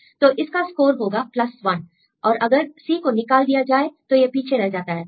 तो इसका स्कोर होगा 1 और अगर C को निकाल दिया जाए तो यह पीछे रह जाता है